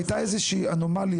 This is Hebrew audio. הייתה איזושהי אנומליה,